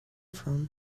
from